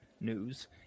news